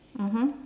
mmhmm